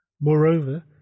Moreover